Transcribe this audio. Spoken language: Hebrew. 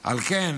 על כן,